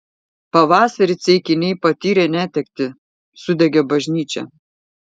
pavasarį ceikiniai patyrė netektį sudegė bažnyčia